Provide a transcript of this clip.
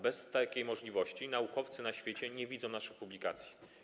Bez takiej możliwości naukowcy na świecie nie widzą naszych publikacji.